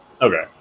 Okay